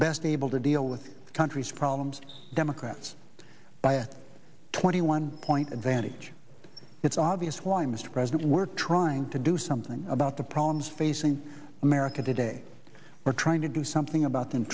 best able to deal with the country's problems democrats by a twenty one point advantage it's obvious why mr president we're trying to do something about the problems facing america today we're trying to do something about the